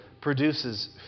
produces